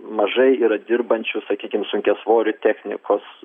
mažai yra dirbančių sakykim sunkiasvorių technikos